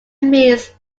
means